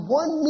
one